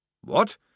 What